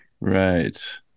Right